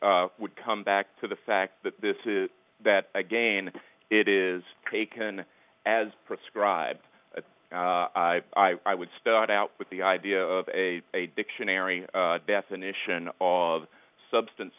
r would come back to the fact that this is that again it is taken as prescribed i would start out with the idea of a dictionary definition of substance